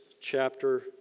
chapter